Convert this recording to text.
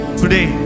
today